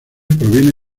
proviene